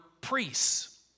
priests